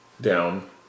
down